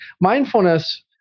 mindfulness